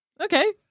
Okay